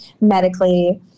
medically